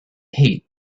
heat